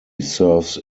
serves